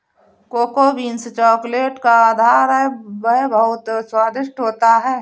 cocoa beans chocolate का आधार है वह बहुत स्वादिष्ट होता है